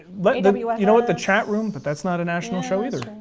but and you ah you know what, the chat room. but that's not a national show either,